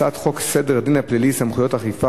הצעת חוק סדר הדין הפלילי (סמכויות אכיפה,